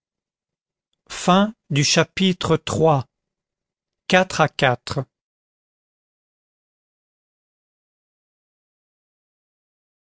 chapitre iii quatre à quatre